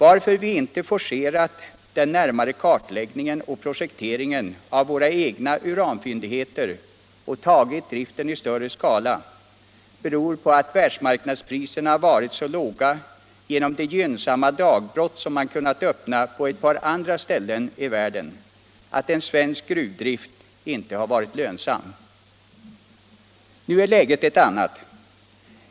Att vi inte forcerat den närmare kartläggningen och projekteringen av våra egna uranfyndigheter och tagit driften i större skala beror på att världsmarknadspriserna varit så låga genom de gynnsamma dagbrott som man kunnat öppna på ett par andra ställen i världen att en svensk gruvdrift inte har varit lönsam. Nu är läget ett annat.